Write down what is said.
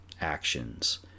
actions